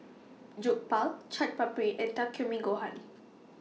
Jokbal Chaat Papri and Takikomi Gohan